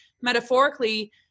metaphorically